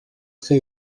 très